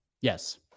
Yes